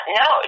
no